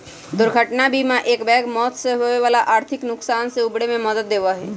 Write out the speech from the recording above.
दुर्घटना बीमा एकबैग मौत से होवे वाला आर्थिक नुकसान से उबरे में मदद देवा हई